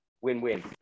win-win